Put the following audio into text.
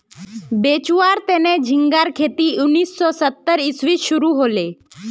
बेचुवार तने झिंगार खेती उन्नीस सौ सत्तर इसवीत शुरू हले